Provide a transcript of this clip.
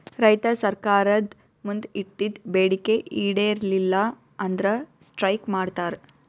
ರೈತರ್ ಸರ್ಕಾರ್ದ್ ಮುಂದ್ ಇಟ್ಟಿದ್ದ್ ಬೇಡಿಕೆ ಈಡೇರಲಿಲ್ಲ ಅಂದ್ರ ಸ್ಟ್ರೈಕ್ ಮಾಡ್ತಾರ್